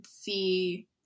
see